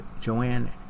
Joanne